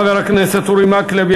תודה לחבר הכנסת אורי מקלב.